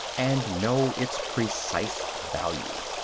and know its precise value.